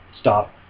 stop